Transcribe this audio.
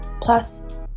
Plus